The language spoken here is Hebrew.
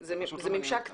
זה ממשק טכני,